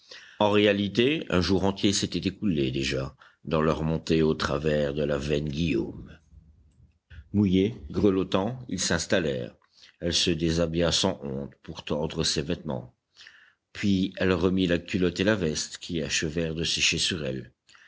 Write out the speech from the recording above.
en réalité un jour entier s'était écoulé déjà dans leur montée au travers de la veine guillaume mouillés grelottants ils s'installèrent elle se déshabilla sans honte pour tordre ses vêtements puis elle remit la culotte et la veste qui achevèrent de sécher sur elle